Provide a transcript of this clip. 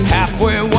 Halfway